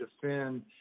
defend